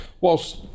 whilst